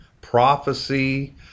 prophecy